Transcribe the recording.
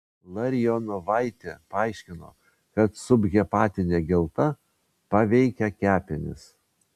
larionovaitė paaiškino kad subhepatinė gelta paveikia kepenis